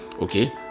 okay